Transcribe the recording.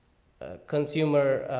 ah consumer,